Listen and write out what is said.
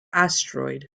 asteroid